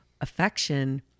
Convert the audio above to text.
affection